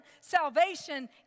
salvation